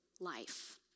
life